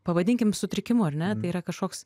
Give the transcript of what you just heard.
pavadinkim sutrikimu ar ne tai yra kažkoks